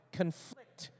conflict